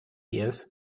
years